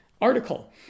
article